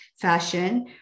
fashion